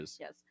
yes